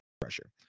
pressure